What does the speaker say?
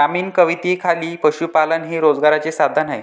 ग्रामीण कवितेखाली पशुपालन हे रोजगाराचे साधन आहे